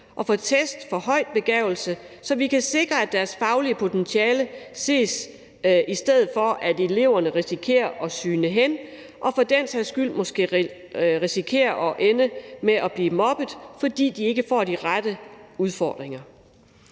og for test af høj begavelse, så vi kan sikre, at deres faglige potentiale ses, i stedet for at eleverne risikerer at sygne hen og for den sags skyld måske risikerer at ende med at blive mobbet, fordi de ikke får de rette udfordringer.